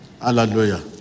hallelujah